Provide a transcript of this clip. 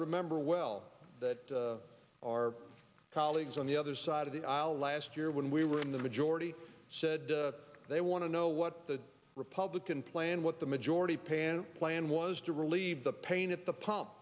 remember well that our colleagues on the other side of the aisle last year when we were in the majority said they want to know what the republican plan what the majority pan plan was to relieve the pain at the pump